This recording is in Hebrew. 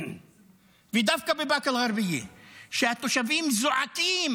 ודווקא בבאקה אל-גרבייה, שהתושבים זועקים